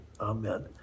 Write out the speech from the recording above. amen